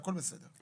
הכל בסדר.